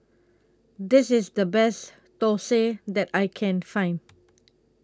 This IS The Best Thosai that I Can Find